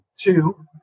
Two